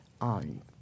on